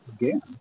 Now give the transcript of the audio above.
again